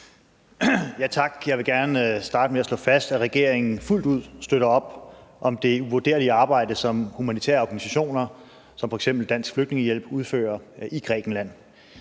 Jeg vil gerne starte med at slå fast, at regeringen fuldt ud støtter op om det uvurderlige arbejde, som humanitære organisationer som f.eks. Dansk Flygtningehjælp udfører i Grækenland.